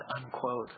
unquote